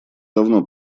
давно